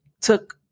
took